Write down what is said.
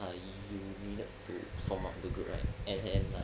I uh needed to form up the group right and like